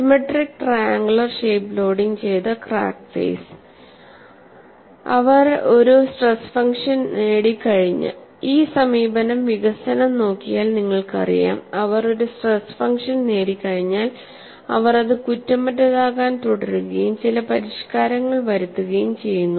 symmetric triangular shape loading ചെയ്ത crack face ഈ സമീപനങ്ങളുടെ വികസനം നോക്കിയാൽ നിങ്ങൾക്കറിയാം അവർ ഒരു സ്ട്രെസ് ഫംഗ്ഷൻ നേടികഴിഞ്ഞാൽ അവർ അത് കുറ്റമറ്റതാക്കാൻ തുടരുകയും ചില പരിഷ്കാരങ്ങൾ വരുത്തുകയും ചെയ്യുന്നു